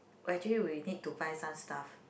actually we need to buy some stuff